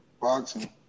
boxing